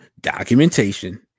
documentation